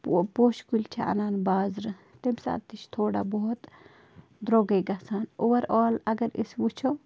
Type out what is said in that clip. پو پوشہِ کُلۍ چھِ اَنان بازرٕ تَمہِ ساتہٕ تہِ چھِ تھوڑا بہت درٛوٚگٕے گژھان اوٚوَر آل اگر أسۍ وٕچھو